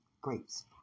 grapes